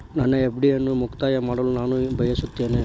ನನ್ನ ಎಫ್.ಡಿ ಅನ್ನು ಮುಕ್ತಾಯ ಮಾಡಲು ನಾನು ಬಯಸುತ್ತೇನೆ